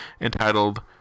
entitled